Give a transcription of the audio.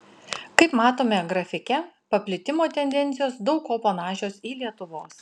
kaip matome grafike paplitimo tendencijos daug kuo panašios į lietuvos